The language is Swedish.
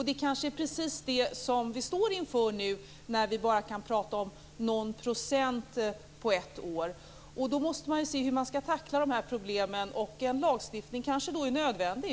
Det är kanske precis det som vi står inför nu, när vi bara kan prata om någon procents ökning på ett år. Då måste man se hur man skall tackla dessa problem. En lagstiftning är kanske nödvändig.